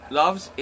loves